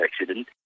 accident